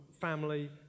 family